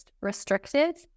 restricted